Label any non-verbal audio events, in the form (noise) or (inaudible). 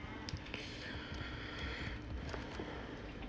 (breath)